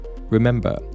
Remember